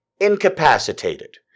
incapacitated